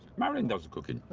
marilyn does the cooking.